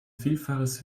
vielfaches